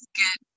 good